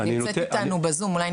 נמצאת איתנו בזום נציגה מהערבה,